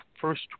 first